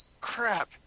crap